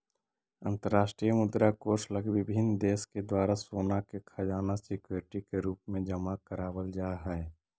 अंतरराष्ट्रीय मुद्रा कोष लगी विभिन्न देश के द्वारा सोना के खजाना सिक्योरिटी के रूप में जमा करावल जा हई